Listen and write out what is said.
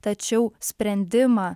tačiau sprendimą